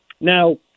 Now